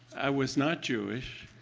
i was not jewish.